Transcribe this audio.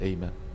Amen